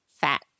fat